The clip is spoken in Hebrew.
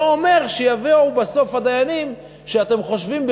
אומר שיביאו בסוף דיינים שאתן חושבות,